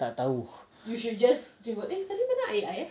tak tahu